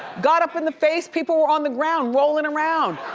got up in the face, people were on the ground rolling around.